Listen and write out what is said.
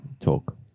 Talk